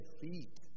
feet